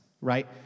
right